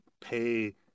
pay